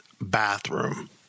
bathroom